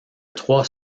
trois